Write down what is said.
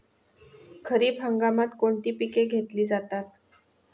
खरीप हंगामात कोणती पिके घेतली जातात?